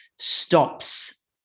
Stops